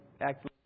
act